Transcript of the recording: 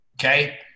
okay